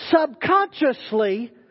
subconsciously